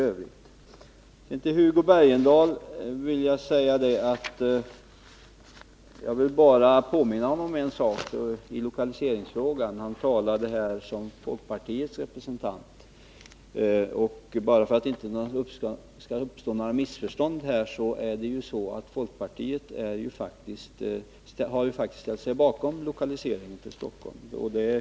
Sedan till Hugo Bergdahl: Jag vill påminna om en sak när det gäller lokaliseringsfrågan. Hugo Bergdahl talade här som folkpartiets representant. För att det inte skall uppstå något missförstånd vill jag påminna om att folkpartiet faktiskt ställt sig bakom lokaliseringen till Stockholm.